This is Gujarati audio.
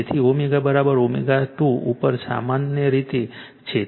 તેથી ω ω2 ઉપર સમાન રીતે છે